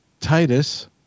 titus